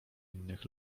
innych